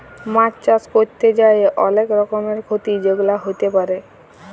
মাছ চাষ ক্যরতে যাঁয়ে অলেক রকমের খ্যতি যেগুলা হ্যতে পারে